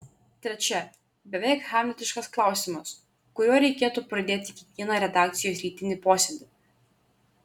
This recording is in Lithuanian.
trečia beveik hamletiškas klausimas kuriuo reikėtų pradėti kiekvieną redakcijos rytinį posėdį